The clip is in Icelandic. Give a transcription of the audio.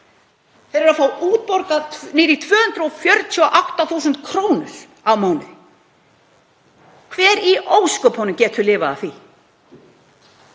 Þeir eru að fá útborgað allt niður í 248.000 kr. á mánuði. Hver í ósköpunum getur lifað af því?